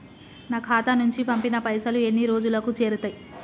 నా ఖాతా నుంచి పంపిన పైసలు ఎన్ని రోజులకు చేరుతయ్?